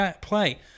play